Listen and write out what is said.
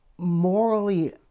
morally